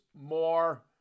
more